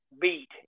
beat